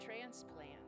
transplant